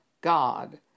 God